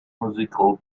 musical